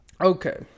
Okay